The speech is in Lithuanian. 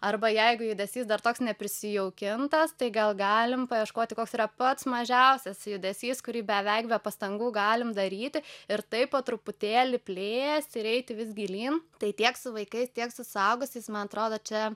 arba jeigu judesys dar toks neprisijaukintas tai gal galim paieškoti koks yra pats mažiausias judesys kurį beveik be pastangų galim daryti ir taip po truputėlį plėst ir eiti vis gilyn tai tiek su vaikais tiek su suaugusiais man atrodo čia